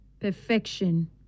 perfection